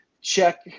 check